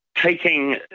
Taking